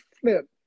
flip